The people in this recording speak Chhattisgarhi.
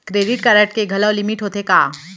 क्रेडिट कारड के घलव लिमिट होथे का?